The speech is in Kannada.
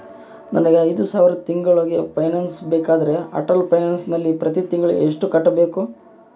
ನನಗೆ ಐದು ಸಾವಿರ ತಿಂಗಳ ಪೆನ್ಶನ್ ಬೇಕಾದರೆ ಅಟಲ್ ಪೆನ್ಶನ್ ನಲ್ಲಿ ಪ್ರತಿ ತಿಂಗಳು ಎಷ್ಟು ಕಟ್ಟಬೇಕು?